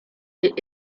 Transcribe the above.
est